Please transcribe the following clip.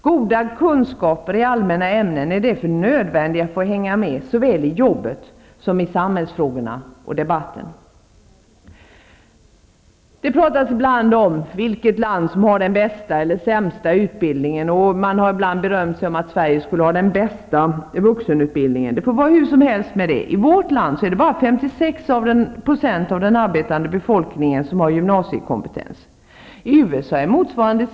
Goda kunskaper i allmänna ämnen är därför nödvändiga för att hänga med i såväl jobbet som samhällsfrågorna och debatten. Det talas ibland om vilket land som har den bästa eller sämsta utbildningen. Man har ibland berömt sig av att Sverige skulle ha den bästa vuxenutbildningen. Det må vara hur som helst med det. I vårt land är det bara 56 % av den arbetande befolkningen som har gymnasiekompetens.